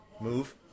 move